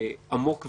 עמוק ויסודי.